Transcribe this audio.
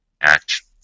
action